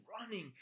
running